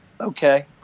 Okay